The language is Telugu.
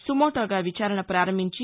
సుమోటోగా విచారణ ప్రారంభించి